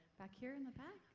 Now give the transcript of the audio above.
back here in the back.